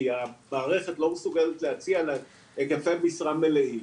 כי המערכת לא מסוגלת להציע להם היקפי משרה מלאים,